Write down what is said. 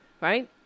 right